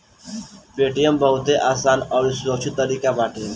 Paytm बहुते आसान अउरी सुरक्षित तरीका बाटे